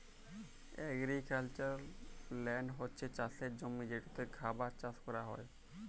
agricultural land হছে চাষের জমি যেটতে খাবার চাষ ক্যরা হ্যয়